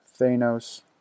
Thanos